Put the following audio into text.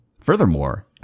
Furthermore